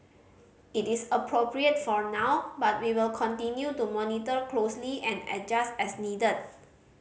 it is appropriate for now but we will continue to monitor closely and adjust as needed